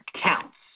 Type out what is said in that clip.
counts